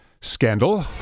scandal